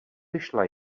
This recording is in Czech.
vyšla